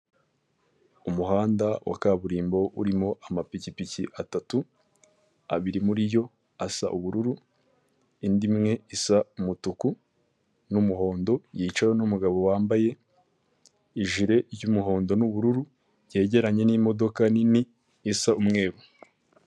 Umuhanda wa kaburimbo urimo amapikipiki atatu, abiri muri yo asa ubururu indi imwe isa umutuku, n'umuhondo yicayeho n'umugabo wambaye ijire y'umuhondo n'ubururu byegeranye n'imodoka nini isa umweru.